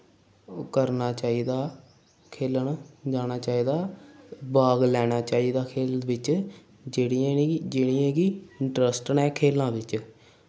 करना चाहिदा खेलन जाना चाहिदा भाग लैना चाहिदा खेल बिच्च जेह्ड़ियें जेह्ड़ियें गी इंट्रस्ट ऐ खेलां बिच्च